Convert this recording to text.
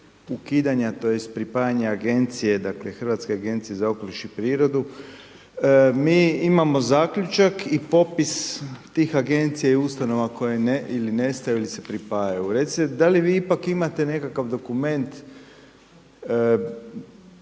ukidanja, tj. pripajanje agencije, dakle, Hrvatske agencije za okoliš prirodu. Mi imamo zaključak i popis tih agencija i ustanova koje ili nestaju ili se pripajaju. Recite da li vi ipak imate nekakav dokument